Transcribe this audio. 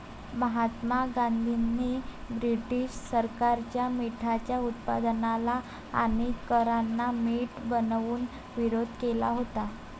महात्मा गांधींनी ब्रिटीश सरकारच्या मिठाच्या उत्पादनाला आणि करांना मीठ बनवून विरोध केला होता